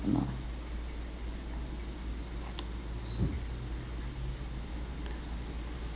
no